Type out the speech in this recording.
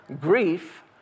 grief